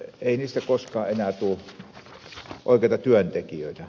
ei niistä koskaan enää tule oikeita työntekijöitä